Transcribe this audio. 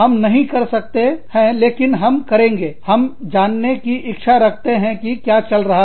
हम नहीं कर सकते हैं लेकिन हम करेंगे हम जानने की इच्छा रखते हैं कि क्या चल रहा है